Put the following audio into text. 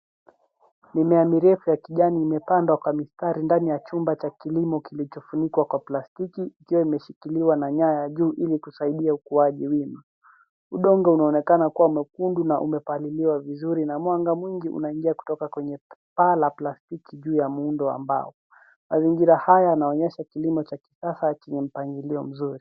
Mimea mirefu ya kijani imepandwa kwa mistari ndani ya chumba cha kilimo kilichofunikwa kwa plastiki ikiwa imeshikiliwa na nyaya juu ili kusaidia ukuwaji wima. Udongo unaonekana kuwa mwekundu na umepaliliwa vizuri, mwanga mwingi unaingia kutoka kwenye paa la plastiki juu ya muundo wa mbao. Mazingira haya yanaonyesha kilimo cha kisasa chenye mpangilio mzuri.